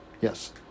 Yes